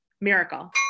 miracle